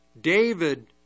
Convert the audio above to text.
David